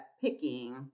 picking